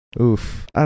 Oof